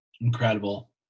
Incredible